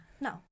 No